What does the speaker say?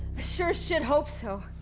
i sure as shit hope so